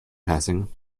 passing